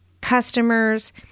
customers